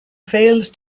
failed